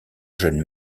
jeune